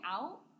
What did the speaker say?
out